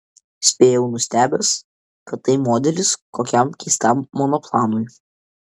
spėjau nustebęs kad tai modelis kokiam keistam monoplanui